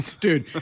Dude